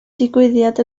digwyddiad